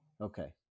Okay